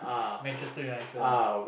Manchester-United